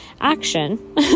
Action